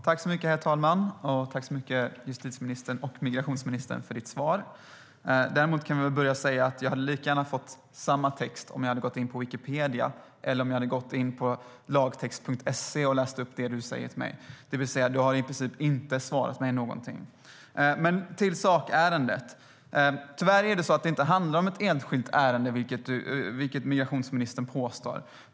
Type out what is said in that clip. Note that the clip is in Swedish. Herr talman! Tack, justitie och migrationsministern, för ditt svar! Jag kan dock börja med att säga att jag hade sett samma text om jag hade gått in på Wikipedia eller om jag hade gått in på lagtext.se som det du säger till mig, det vill säga du har i princip inte svarat mig någonting. Men jag ska gå till sakärendet. Tyvärr handlar det inte om ett enskilt ärende, vilket migrationsministern påstår.